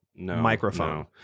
microphone